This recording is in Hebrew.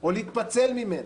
או להתפצל ממנה.